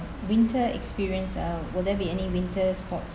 winter experience uh will there be any winter sports